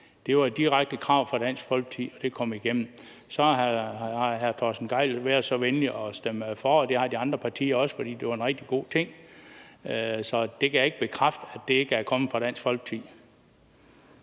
Det var et direkte krav fra Dansk Folkeparti, at det kom igennem. Så har hr. Torsten Gejl været så venlig at stemme for, og det har de andre partier også, for det var en rigtig god ting. Så jeg kan ikke bekræfte, at det ikke er kommet fra Dansk Folkeparti.